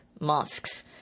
masks